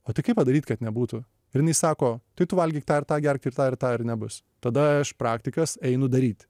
o tai kaip padaryt kad nebūtų ir jinai sako tai tu valgyk tą ir tą gerk ir tą ir tą ir nebus tada aš praktikas einu daryt